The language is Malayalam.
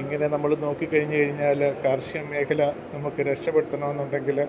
ഇങ്ങനെ നമ്മൾ നോക്കിക്കഴിഞ്ഞുകഴിഞ്ഞാൽ കാർഷികമേഖല നമുക്ക് രക്ഷപ്പെടുത്തണമെന്നുണ്ടെങ്കിൽ